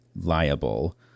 liable